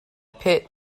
pitt